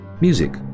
Music